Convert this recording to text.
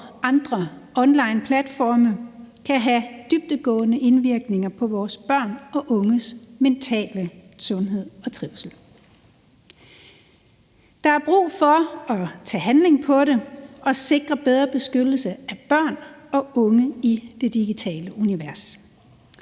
og andre onlineplatforme kan have dybdegående indvirkninger på vores børn og unges mentale sundhed og trivsel. Der er brug for at tage handling på det og sikre bedre beskyttelse af børn og unge i det digitale univers.